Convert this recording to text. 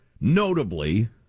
notably